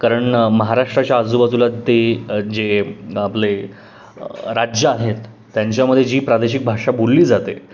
कारण महाराष्ट्राच्या आजूबाजूला ते जे आपले राज्य आहेत त्यांच्यामध्ये जी प्रादेशिक भाषा बोलली जाते